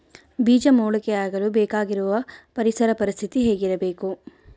ಬೇಜ ಮೊಳಕೆಯಾಗಲು ಬೇಕಾಗುವ ಪರಿಸರ ಪರಿಸ್ಥಿತಿ ಹೇಗಿರಬೇಕು?